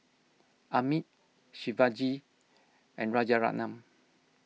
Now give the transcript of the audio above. Amit Shivaji and Rajaratnam